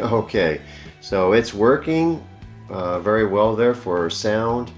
ah okay so it's working very well therefore sound